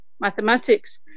mathematics